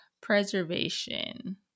preservation